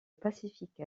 pacifique